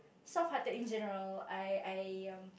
soft hearted in general I I